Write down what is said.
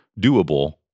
doable